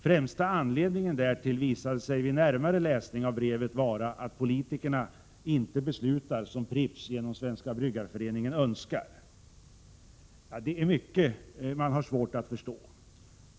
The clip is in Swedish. Främsta anledningen därtill visade sig vid närmare läsning av brevet vara att politikerna inte beslutar som Pripps genom Svenska bryggareföreningen önskar. Det finns mycket som är svårt att förstå.